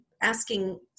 asking